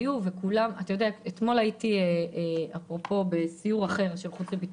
אתמול הייתי בסיור אחר של הוועדה.